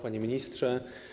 Panie Ministrze!